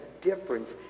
difference